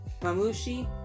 Mamushi